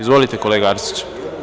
Izvolite, kolega Arsiću.